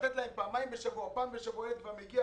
לתת להם פעמיים בשבוע או פעם בשבוע הילד כבר מגיע,